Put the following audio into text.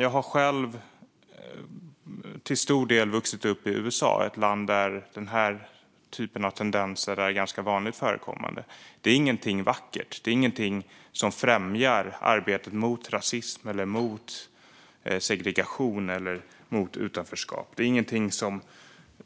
Jag har själv till stor del vuxit upp i USA, ett land där den här typen av tendenser är ganska vanligt förekommande. Det är ingenting vackert. Det är ingenting som främjar arbetet mot rasism, segregation eller utanförskap. Det är ingenting som